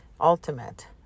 ultimate